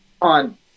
on